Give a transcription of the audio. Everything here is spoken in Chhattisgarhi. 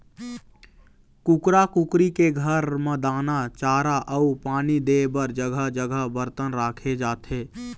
कुकरा कुकरी के घर म दाना, चारा अउ पानी दे बर जघा जघा बरतन राखे जाथे